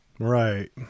Right